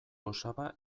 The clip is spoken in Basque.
osaba